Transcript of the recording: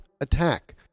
attack